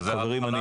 חברים,